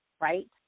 right